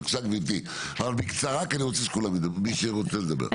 בבקשה גברתי אבל בקצרה אני רוצה שמי שרוצה לדבר ידבר.